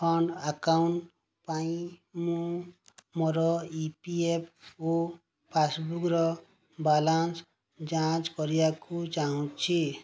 fund account ପାଇଁ ମୁଁ ମୋର ଇ ପି ଏଫ୍ ଓ ପାସ୍ବୁକ୍ର ବାଲାନ୍ସ ଯାଞ୍ଚ କରିବାକୁ ଚାହୁଁଛି